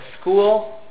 school